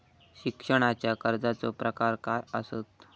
शिक्षणाच्या कर्जाचो प्रकार काय आसत?